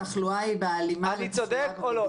אנחנו אומרים שהתחלואה היא בהלימה לתחלואה במדינה.